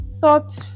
Thought